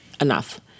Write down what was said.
Enough